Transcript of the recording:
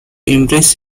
embrace